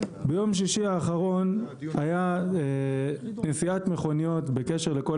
ביום שישי האחרון הייתה נסיעת מכוניות בקשר לכל